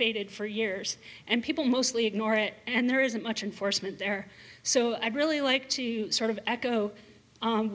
faded for years and people mostly ignore it and there isn't much enforcement there so i'd really like to sort of echo